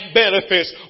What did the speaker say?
benefits